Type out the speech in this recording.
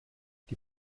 die